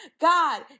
God